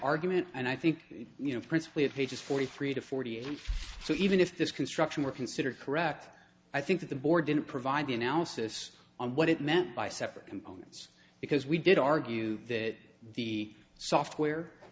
argument and i think you know principally at pages forty three to forty eight so even if this construction were considered correct i think that the board didn't provide the analysis on what it meant by separate components because we did argue that the software